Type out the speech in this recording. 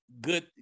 good